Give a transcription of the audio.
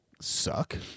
suck